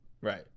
Right